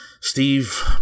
Steve